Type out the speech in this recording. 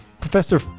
Professor